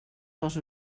pels